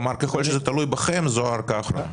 כלומר ככל שזה תלוי בכם, זו ארכה אחרונה.